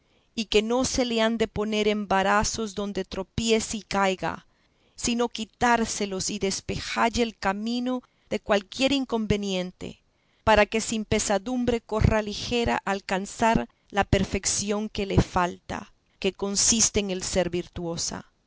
y que no se le han de poner embarazos donde tropiece y caiga sino quitárselos y despejalle el camino de cualquier inconveniente para que sin pesadumbre corra ligera a alcanzar la perfeción que le falta que consiste en el ser